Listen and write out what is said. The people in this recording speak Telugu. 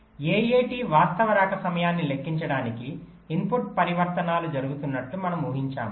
AAT వాస్తవ రాక సమయాన్ని లెక్కించడానికి ఇన్పుట్ పరివర్తనాలు జరుగుతున్నట్లు మనము ఊహించాము